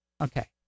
Okay